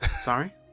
Sorry